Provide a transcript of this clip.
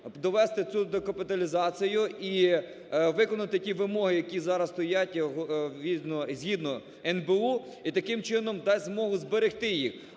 довести цю капіталізацію і виконати ті вимоги, які зараз стоять згідно НБУ і таким чином дасть змогу зберегти їх,